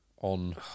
on